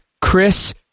Chris